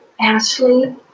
Ashley